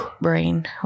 brain